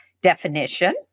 definition